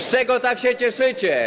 Z czego tak się cieszycie?